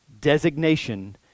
designation